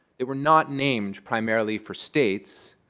they were not named primarily for states.